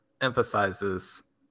emphasizes